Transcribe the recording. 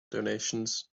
donations